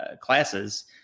classes